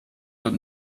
und